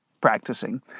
practicing